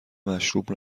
مشروب